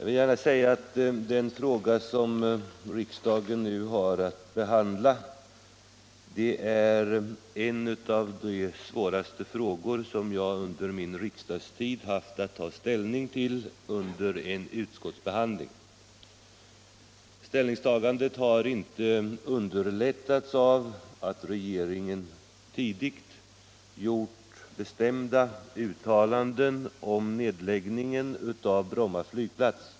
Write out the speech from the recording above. Herr talman! Den fråga riksdagen nu har att behandla är en av de svåraste frågor som jag under min riksdagstid haft att ta ställning till under en utskottsbehandling. Ställningstagandet har inte underlättats av att regeringen tidigt gjort bestämda uttalanden om nedläggning av Bromma flygplats.